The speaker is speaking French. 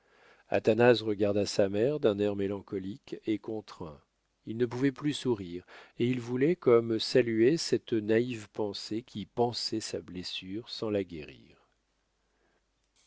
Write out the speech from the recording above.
athanase regarda sa mère d'un air mélancolique et contraint il ne pouvait plus sourire et il voulait comme saluer cette naïve pensée qui pansait sa blessure sans la guérir